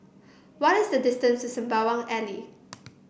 what is the distance to Sembawang Alley